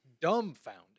dumbfounded